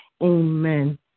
Amen